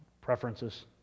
preferences